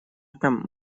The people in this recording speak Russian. этом